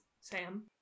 Sam